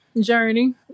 journey